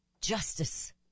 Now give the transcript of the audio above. justice